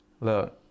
look